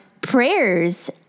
prayers